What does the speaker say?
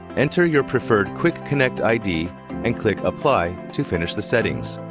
enter your preferred quickconnect id and click apply to finish the settings.